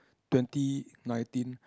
twenty nineteen